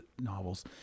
novels